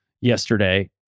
yesterday